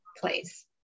place